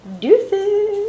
Deuces